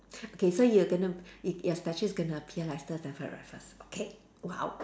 okay so you're gonna y~ your statue is going to appear like sir Stamford Raffles okay !wow!